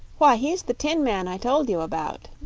why, he's the tin man i told you about.